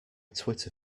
twitter